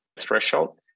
threshold